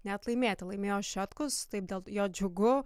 net laimėti laimėjo šetkus taip dėl jo džiugu